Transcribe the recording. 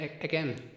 again